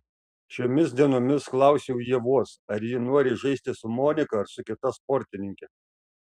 šiomis dienomis klausiau ievos ar ji nori žaisti su monika ar su kita sportininke